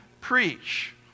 preach